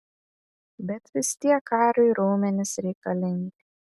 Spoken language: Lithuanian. bet vis tiek kariui raumenys reikalingi